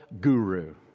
guru